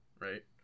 right